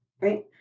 Right